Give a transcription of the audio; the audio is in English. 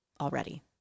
already